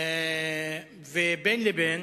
בין לבין,